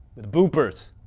with boobers.